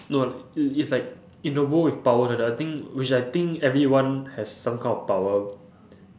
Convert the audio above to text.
no it~ it's like in the world with power I I I think which I think everyone has some kind of power